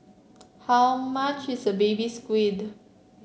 how much is a Baby Squid